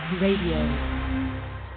Radio